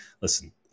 listen